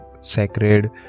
sacred